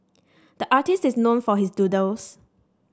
the artist is known for his doodles